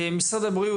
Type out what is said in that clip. משרד הבריאות,